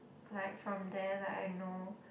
like from there like I know